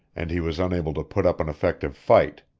and he was unable to put up an effective fight.